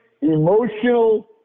emotional